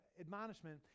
admonishment